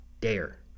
dare